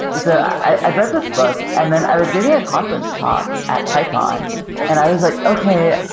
so i read this book and then i was giving a conference talk at python and i was like, okay.